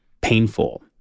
painful